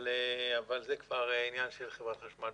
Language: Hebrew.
אבל זה כבר עניין של חברת החשמל.